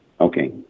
okay